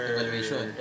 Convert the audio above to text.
Evaluation